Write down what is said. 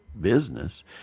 business